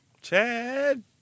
Chad